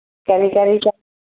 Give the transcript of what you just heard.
ꯀꯔꯤ ꯀꯔꯤ